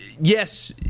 yes